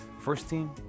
First-team